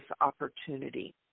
opportunity